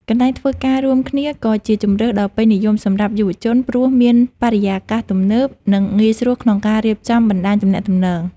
កន្លែងធ្វើការរួមគ្នា ក៏ជាជម្រើសដ៏ពេញនិយមសម្រាប់យុវជន ព្រោះមានបរិយាកាសទំនើប និងងាយស្រួលក្នុងការរៀបចំបណ្តាញទំនាក់ទំនង។